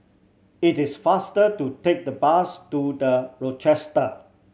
it is faster to take the bus to The Rochester